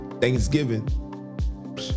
Thanksgiving